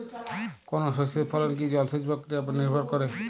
কোনো শস্যের ফলন কি জলসেচ প্রক্রিয়ার ওপর নির্ভর করে?